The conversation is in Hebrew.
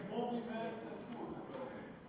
כמו בימי ההתנתקות, אתה אומר.